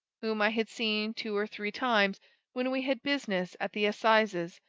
whom i had seen two or three times when we had business at the assizes,